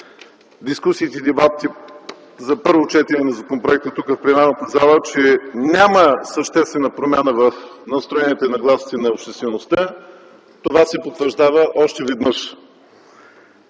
дискусиите и дебатите за първо четене на законопроекта тук, в пленарната зала, че няма съществена промяна в настроенията и нагласите на обществеността. Това се потвърждава още веднъж.